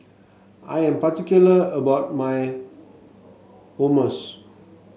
I am particular about my Hummus